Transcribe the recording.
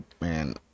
man